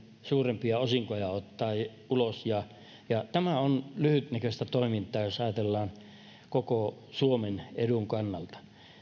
suurempia osinkoja ottamaan ulos tämä on lyhytnäköistä toimintaa jos ajatellaan koko suomen edun kannalta